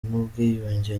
n’ubwiyunge